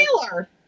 Taylor